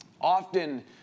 often